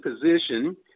position